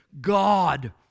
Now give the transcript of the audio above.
God